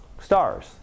stars